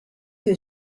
que